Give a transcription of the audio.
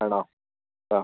ആണോ ആ